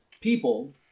people